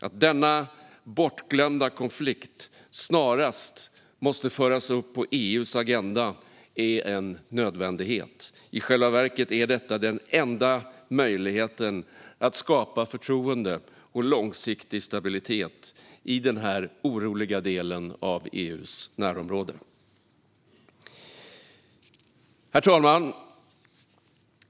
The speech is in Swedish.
Att denna bortglömda konflikt snarast förs upp på EU:s agenda är en nödvändighet. I själva verket är detta den enda möjligheten att skapa förtroende och långsiktig stabilitet i den här oroliga delen av EU:s närområde. Herr talman!